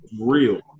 real